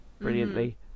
brilliantly